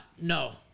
no